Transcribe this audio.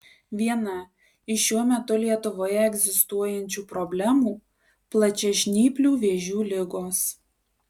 viena iš šiuo metu lietuvoje egzistuojančių problemų plačiažnyplių vėžių ligos